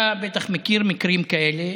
אתה בטח מכיר מקרים כאלה.